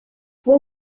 what